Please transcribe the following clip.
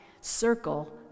circle